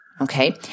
Okay